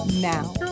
Now